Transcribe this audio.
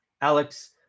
Alex